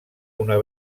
una